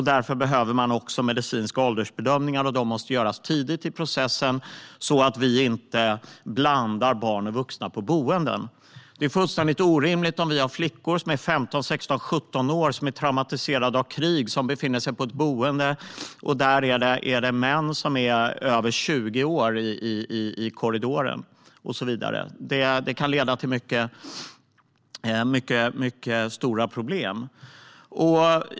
Därför behövs medicinska åldersbedömningar, och dessa måste göras tidigt i processen så att vi inte blandar barn och vuxna på boenden. Det är fullständigt orimligt om vi har flickor som är 15-17 år och traumatiserade av krig och som befinner sig på ett boende där det finns män över 20 år i korridoren och så vidare. Detta kan leda till mycket stora problem.